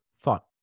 thought